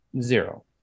Zero